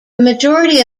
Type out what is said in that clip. majority